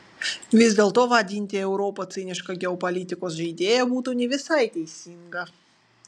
vis dėlto vadinti europą ciniška geopolitikos žaidėja būtų ne visai teisinga